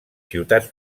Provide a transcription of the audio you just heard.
ciutats